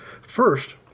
First